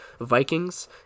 Vikings